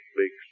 big